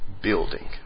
building